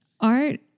art